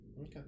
okay